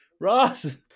Ross